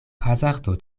hazardo